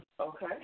Okay